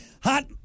hot